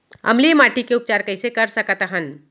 अम्लीय माटी के उपचार कइसे कर सकत हन?